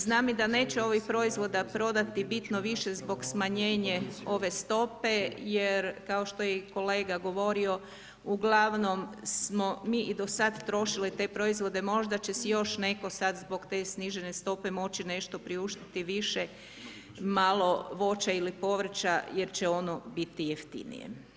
Znam da neće ovih proizvoda prodati, bitno više zbog smanjenje ove stope, jer kao što je i kolega govorio, ugl. smo mi i do sada trošili te proizvode, možda će si još netko, sada, zbog te snižene stope nešto priuštiti više i malo voća i povrća jer će ono biti jeftinije.